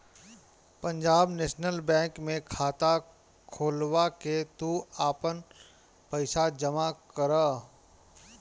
Punjab National Bank में खाता खोलवा के तू आपन पईसा जमा करअ